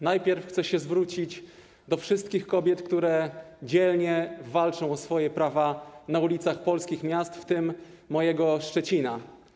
Najpierw chcę się zwrócić do wszystkich kobiet, które dzielnie walczą o swoje prawa na ulicach polskich miast, w tym mojego Szczecina.